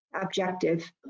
objective